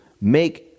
make